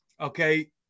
okay